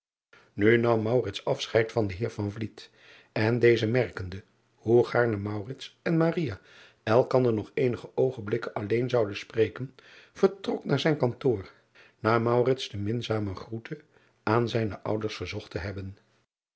u nam afscheid van den eer en deze merkende hoe gaarne en elkander nog eenige oogenblikken alleen zouden spreken vertrok naar zijn kantoor na de minzame groete aan zijne ouders verzocht te hebben